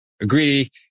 agree